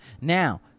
Now